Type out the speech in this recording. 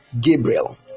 Gabriel